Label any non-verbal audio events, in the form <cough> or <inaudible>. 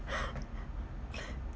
<laughs>